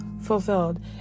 Fulfilled